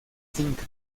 finca